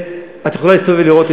את יכולה להסתובב ולראות,